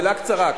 שאלה קצרה,